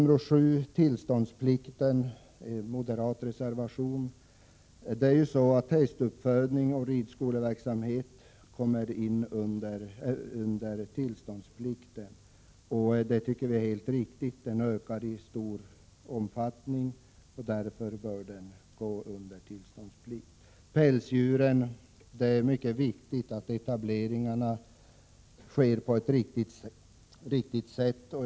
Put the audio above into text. Reservation 7 om tillståndsplikten är en moderatreservation. För pälsdjursuppfödning och ridskoleverksamhet föreslås tillståndsplikt. Det är helt riktigt eftersom sådan verksamhet ökar i stor utsträckning. Den bör därför omfattas av tillståndsplikten. Beträffande pälsdjursuppfödning är det viktigt att etableringarna sker på ett riktigt sätt.